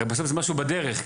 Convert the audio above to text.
בסוף זה משהו בדרך.